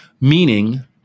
Meaning